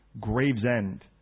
Gravesend